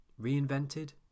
reinvented